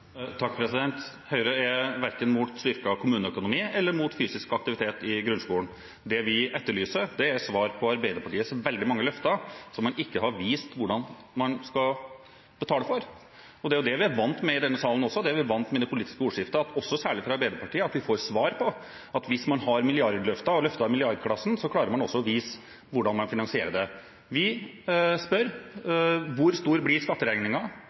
Høyre er verken imot styrket kommuneøkonomi eller imot fysisk aktivitet i grunnskolen. Det vi etterlyser, er svar på Arbeiderpartiets veldig mange løfter som man ikke har vist hvordan man skal betale for. Og det er jo det vi er vant med i denne salen, det er vi vant med i det politiske ordskiftet – også særlig fra Arbeiderpartiet – at vi får svar på, at hvis man har milliardløfter, løfter i milliardklassen, klarer man også å vise hvordan man finansierer det. Vi spør: Hvor stor blir